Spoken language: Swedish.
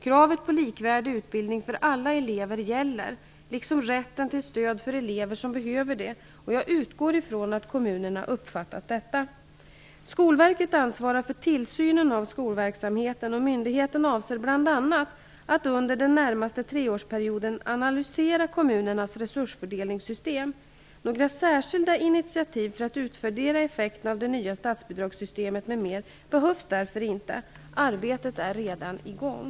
Kravet på likvärdig utbildning för alla elever gäller, liksom rätten till stöd för elever som behöver det, och jag utgår från att kommunerna uppfattat detta. Skolverket ansvarar för tillsynen av skolverksamheten, och myndigheten avser bl.a. att under den närmaste treårsperioden analysera kommunernas resursfördelningssystem. Några särskilda initiativ för att utvärdera effekterna av det nya statsbidragssystemet m.m. behövs därför inte. Arbetet är redan i gång.